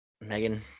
Megan